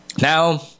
Now